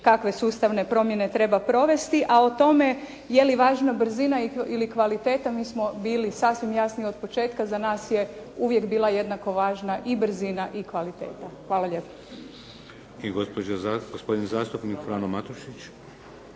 kakve sustavne promjene treba provesti. A o tome je li važna brzina ili kvaliteta mi smo bili sasvim jasni od početka. Za nas je uvijek bila jednako važna i brzina i kvaliteta. Hvala lijepo. **Šeks, Vladimir